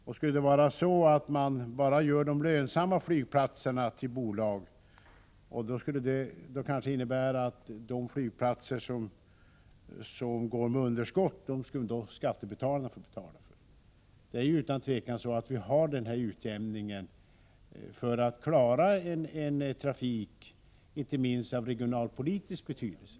Om man bara gjorde lönsamma flygplatser till bolag, så skulle det kanske innebära att skattebetalarna skulle få betala för de flygplatser som går med underskott. Vi ser alltså till att det är ett integrerat system när det gäller luftfartsverket, och det är utan tvivel så att vi har denna utjämning för att klara en trafik som inte minst är av regionalpolitisk betydelse.